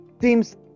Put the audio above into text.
teams